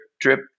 drip